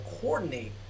coordinate